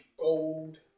gold